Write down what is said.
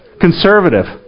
conservative